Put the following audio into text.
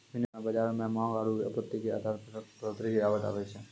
विनिमय दर मे बाजार मे मांग आरू आपूर्ति के आधार पर बढ़ोतरी गिरावट आवै छै